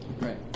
right